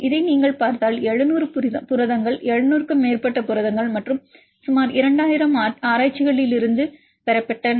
இதை நீங்கள் பார்த்தால் அவை 700 புரதங்கள் 700 க்கும் மேற்பட்ட புரதங்கள் மற்றும் சுமார் 2000 ஆராய்ச்சிகளிலிருந்து பெறப்பட்டன